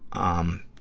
um,